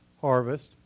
harvest